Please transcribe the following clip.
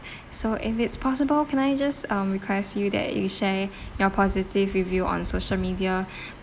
so if it's possible can I just um request you that you share your positive review on social media